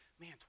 man